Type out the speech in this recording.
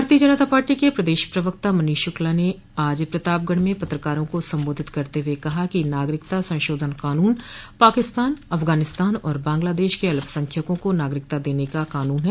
भारतीय जनता पार्टी के प्रदेश प्रवक्ता मनीष शुक्ला न आज प्रतापगढ़ में पत्रकारों को संबोधित करते हुए कहा कि नागरिकता संशोधन कानून पाकिस्तान अफगानिस्तान और बांग्लादेश के अल्पसंख्यकों को नागरिकता देने का कानून है